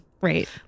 Right